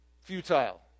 futile